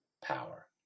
power